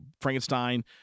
Frankenstein